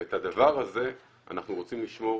ואת הדבר הזה אנחנו רוצים לשמור